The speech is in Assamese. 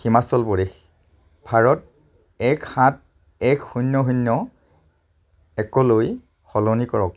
হিমাচল প্ৰদেশ ভাৰত এক সাত এক শূন্য শূন্য একলৈ সলনি কৰক